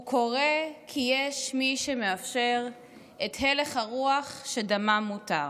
הוא קורה כי יש מי שמאפשר את הלך הרוח שדמם מותר.